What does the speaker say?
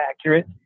accurate